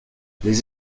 les